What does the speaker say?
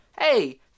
Hey